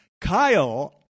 Kyle